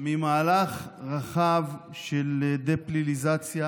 ממהלך רחב של דה-פליליזציה